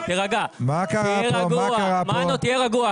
תירגע, תהיה רגוע.